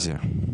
רביזיה.